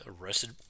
arrested